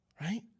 right